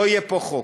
לא יהיה פה חוק.